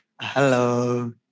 Hello